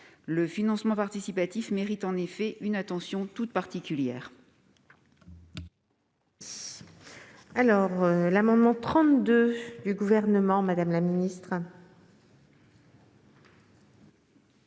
Le financement participatif mérite en effet une attention toute particulière.